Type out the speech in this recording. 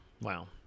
Wow